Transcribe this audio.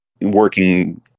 working